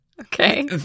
Okay